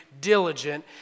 diligent